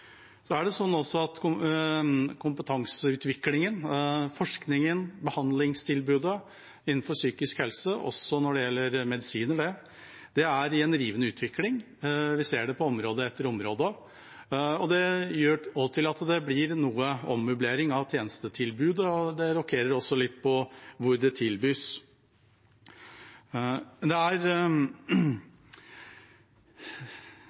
Så er det også sånn at kompetanseutviklingen, forskningen, behandlingstilbudet innenfor psykisk helse, også når det gjelder medisin, er i en rivende utvikling. Vi ser det på område etter område. Det gjør at det blir noe ommøblering av tjenestetilbudet, og det rokeres også på hvor det tilbys.